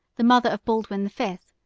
the mother of baldwin the fifth,